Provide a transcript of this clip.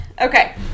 okay